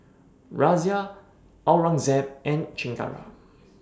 Razia Aurangzeb and Chengara